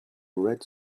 red